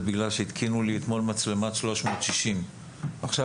זה בגלל שהתקינו לי אתמול מצלמת 360. עכשיו